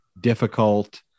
difficult